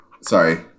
Sorry